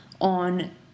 on